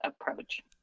approach